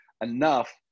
enough